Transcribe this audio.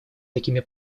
такими